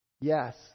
Yes